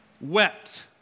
wept